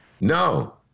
No